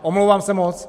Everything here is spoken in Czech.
Omlouvám se moc.